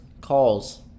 calls